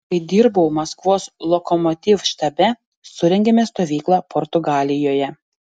kai dirbau maskvos lokomotiv štabe surengėme stovyklą portugalijoje